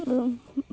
room